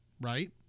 right